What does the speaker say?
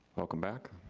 welcome back.